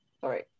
Sorry